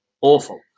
awful